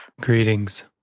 Greetings